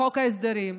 בחוק ההסדרים,